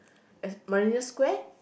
at Marina-Square